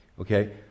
okay